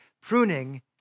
pruning